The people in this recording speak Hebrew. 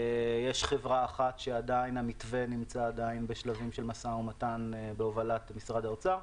יש חברה אחת שהמתווה עדיין נמצא בשלבים של משא ומתן בהובלת משרד האוצר.